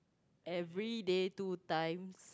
everyday two times